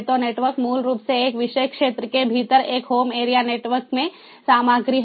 तो नेटवर्क मूल रूप से एक विशेष क्षेत्र के भीतर एक होम एरिया नेटवर्क में सामग्री है